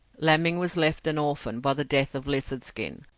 laming was left an orphan by the death of lizard skin.